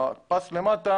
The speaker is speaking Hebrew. הפס למטה